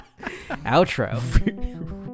outro